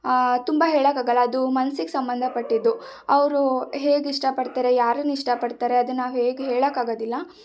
ತುಂಬ ಹೇಳೋಕ್ಕಾಗಲ್ಲ ಅದು ಮನಸ್ಸಿಗೆ ಸಂಬಂಧಪಟ್ಟಿದ್ದು ಅವರು ಹೇಗೆ ಇಷ್ಟಪಡ್ತಾರೆ ಯಾರನ್ನು ಇಷ್ಟಪಡ್ತಾರೆ ಅದನ್ನು ನಾವು ಹೇಗೆ ಹೇಳೋಕ್ಕಾಗೋದಿಲ್ಲ